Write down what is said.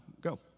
go